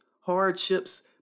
hardships